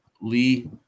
Lee